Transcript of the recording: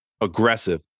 aggressive